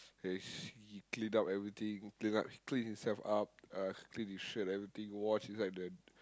yes he cleaned up everything clean up clean himself up uh clean his shirt everything wash inside the